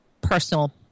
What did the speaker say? personal